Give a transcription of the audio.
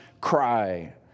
cry